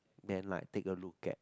then like take a look at